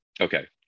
okay